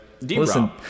Listen